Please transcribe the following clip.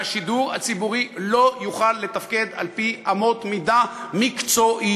והשידור הציבורי לא יוכל לתפקד על-פי אמות מידה מקצועיות,